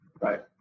Right